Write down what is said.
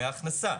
אלא מההכנסה